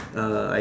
uh